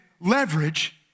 leverage